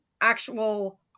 actual